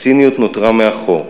הציניות נותרה מאחור.